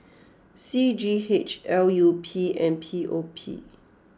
C G H L U P and P O P